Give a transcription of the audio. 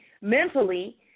mentally